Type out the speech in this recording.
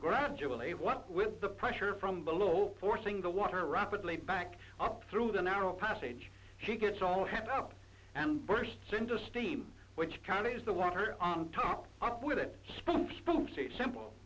gradually what with the pressure from below forcing the water rapidly back up through the narrow passage she gets all hepped up and bursts into steam which counties the water on top up with it s